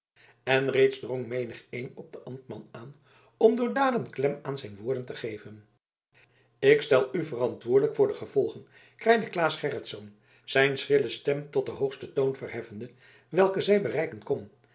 en reeds drong menigeen op den ambtman aan om door daden klem aan zijn woorden te geven ik stel u verantwoordelijk voor de gevolgen kraaide claes gerritsz zijn schrille stem tot den hoogsten toon verheffende welken zij bereiken kon